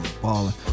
balling